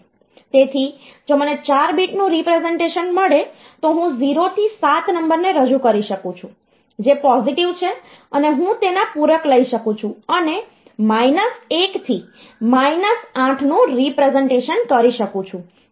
તેથી જો મને 4 બીટનું રીપ્રેસનટેશન મળે તો હું 0 થી 7 નંબરને રજૂ કરી શકું છું જે પોઝિટિવ છે અને હું તેના પૂરક લઈ શકું છું અને 1 થી 8 નું રીપ્રેસનટેશન કરી શકું છું